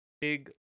Big